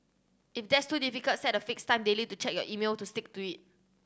if that's too difficult set a fixed time daily to check your email to stick to it